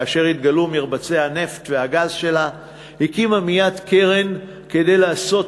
כאשר נתגלו מרבצי הנפט והגז שלה היא הקימה מייד קרן כדי לעשות